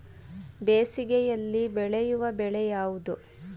ಬೇಸಿಗೆಯಲ್ಲಿ ಬೆಳೆಯುವ ಬೆಳೆ ಯಾವುದು?